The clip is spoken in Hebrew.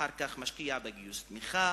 אחר כך משקיע בגיוס תמיכה,